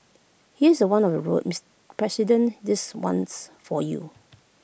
here's one of the road Mister president this one's for you